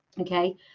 Okay